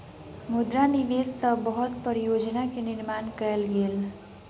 मुद्रा निवेश सॅ बहुत परियोजना के निर्माण कयल गेल